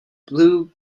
blue